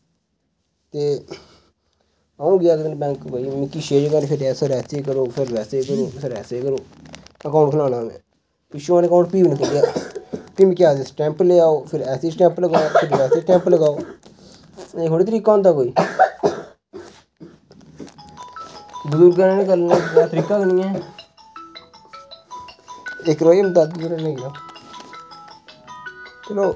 ते अऊं गेआ इक दिन बैंक बिच्च मिगी छे जगहें पर फेरेआ सर ऐसे करो सर बैसे करो सर ऐसे करो अकाऊंट खलाना हा में पिच्छो सानी आकाऊंट फ्ही बी नी खुल्लेआ फ्ही मिगी आखदे स्टैंप लेआओ फिर ऐसे स्टैंप लगाओ बैसे स्टैंप लगाओ एह् थोह्ड़ी तरीका होंदा कोई मतलव उंदा कम्म करने दा तरीका गै नी ऐ इक्क रोज